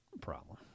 problem